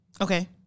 Okay